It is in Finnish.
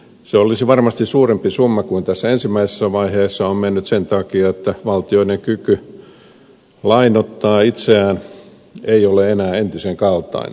se olisi varmasti suurempi summa kuin tässä ensimmäisessä vaiheessa on mennyt sen takia että valtioiden kyky lainoittaa itseään ei ole enää entisen kaltainen